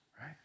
right